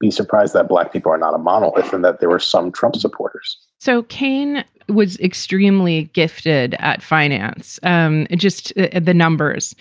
be surprised that black people are not a monolith and that there were some trump supporters so cain was extremely gifted at finance and just the numbers.